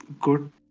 good